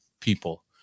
people